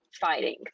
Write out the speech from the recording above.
fighting